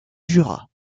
jura